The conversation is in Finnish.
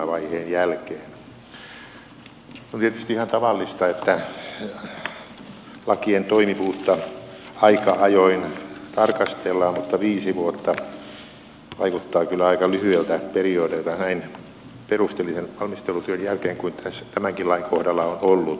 on tietysti ihan tavallista että lakien toimivuutta aika ajoin tarkastellaan mutta viisi vuotta vaikuttaa kyllä aika lyhyeltä periodilta näin perusteellisen valmistelutyön jälkeen kuin tämänkin lain kohdalla on ollut